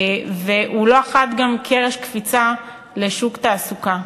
והוא לא אחת גם קרש קפיצה לשוק התעסוקה.